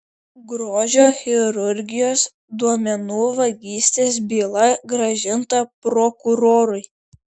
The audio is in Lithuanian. grožio chirurgijos duomenų vagystės byla grąžinta prokurorui